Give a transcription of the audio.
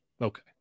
Okay